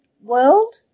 world